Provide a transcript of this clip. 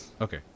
Okay